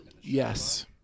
Yes